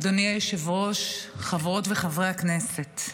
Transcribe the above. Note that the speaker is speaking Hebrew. אדוני היושב-ראש, חברות וחברי הכנסת,